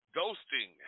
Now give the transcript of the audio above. ghosting